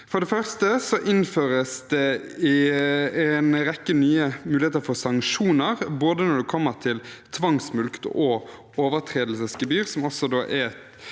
For det første innføres det en rekke nye muligheter for sanksjoner, både når det gjelder tvangsmulkt og overtredelsesgebyr, som også er